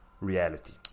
reality